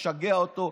משגע אותו,